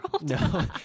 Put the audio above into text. No